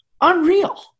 unreal